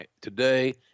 today